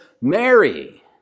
Mary